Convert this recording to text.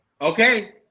Okay